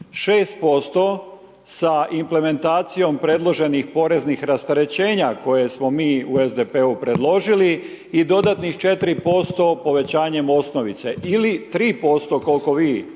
6% sa implementacijom predloženih poreznih rasterećenja koje smo mi u SDP-u predložili i dodatnih 4% povećanjem osnovice ili 3% koliko vi